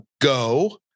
go